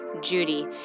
Judy